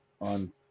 on